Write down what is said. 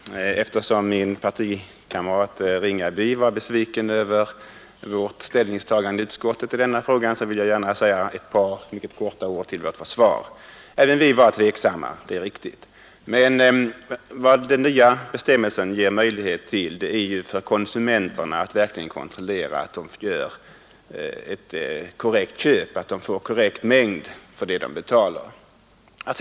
Herr talman! Eftersom min partikamrat herr Ringaby var besviken över vårt ställningstagande i utskottet i denna fråga, vill jag gärna säga ett par ord till vårt försvar. Även vi var tveksamma, det är riktigt. Men vad den nya bestämmelsen ger, det är en möjlighet för konsumenterna att verkligen kontrollera att de gör ett korrekt köp, dvs. att de får den mängd som de betalar för.